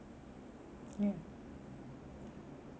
ya